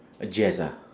uh jazz ah